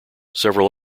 several